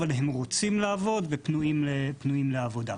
אבל הם רוצים לעבוד ופנויים לעבודה.